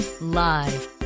live